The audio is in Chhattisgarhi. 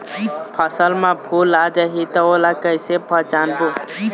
फसल म फूल आ जाही त ओला कइसे पहचानबो?